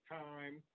time